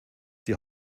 die